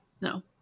no